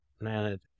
man